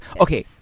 Okay